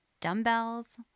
dumbbells